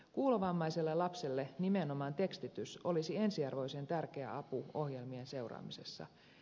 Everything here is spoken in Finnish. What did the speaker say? kuulovammaiselle lapselle nimenomaan tekstitys olisi ensiarvoisen tärkeä apu ohjelmien seuraamisessa